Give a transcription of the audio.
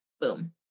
Boom